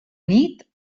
nit